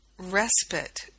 respite